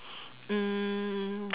mm